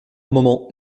moment